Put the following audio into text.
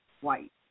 white